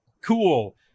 cool